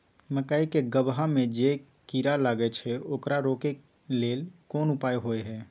मकई के गबहा में जे कीरा लागय छै ओकरा रोके लेल कोन उपाय होय है?